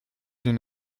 d’une